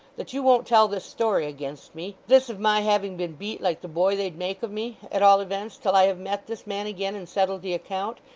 that you won't tell this story against me this of my having been beat like the boy they'd make of me at all events, till i have met this man again and settled the account.